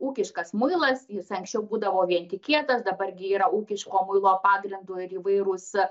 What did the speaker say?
ūkiškas muilas jis anksčiau būdavo vien tik kietas dabar gi yra ūkiško muilo pagrindu ir įvairūs